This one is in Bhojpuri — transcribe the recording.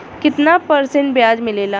कितना परसेंट ब्याज मिलेला?